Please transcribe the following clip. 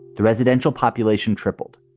the residential population tripled.